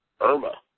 Irma